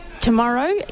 tomorrow